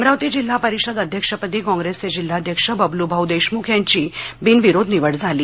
अमरावती जिल्हा परिषद अध्यक्षपदी काँग्रेसचे जिल्हाध्यक्ष बबलूभाऊ देशमुख यांची बिनविरोध निवड झाली